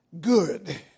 good